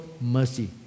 mercy